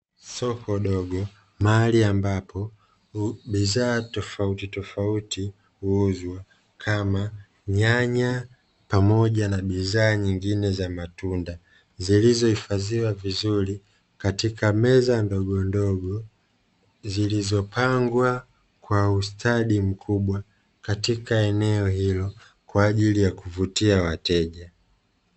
Soko dogo, mahali ambapo bidhaa tofauti tofauti huuzwa Kama, nyanya na bidhaa nyingine za matunda zilizohifadhiwa vizuri katika meza ndogo ndogo zilizopangwa kwa ustadi mkubwa katika eneo Hilo kwa ajili ya kuvutia wateja.